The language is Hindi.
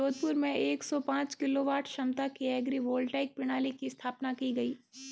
जोधपुर में एक सौ पांच किलोवाट क्षमता की एग्री वोल्टाइक प्रणाली की स्थापना की गयी